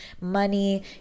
money